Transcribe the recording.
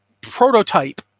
prototype